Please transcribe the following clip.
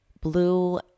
blue